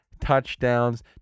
touchdowns